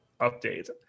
update